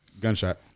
gunshot